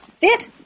Fit